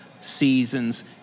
seasons